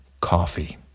coffee